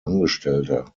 angestellter